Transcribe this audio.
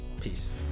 Peace